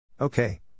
Okay